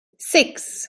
six